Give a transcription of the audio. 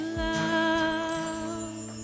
love